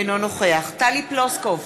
אינו נוכח טלי פלוסקוב,